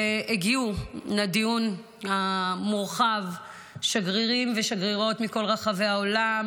לדיון המורחב הגיעו שגרירים ושגרירות מכל רחבי העולם